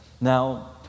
Now